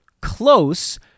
close